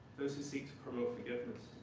those who seek to promote forgiveness,